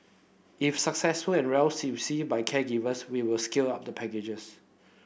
if successful and well by caregivers we will scale up the packages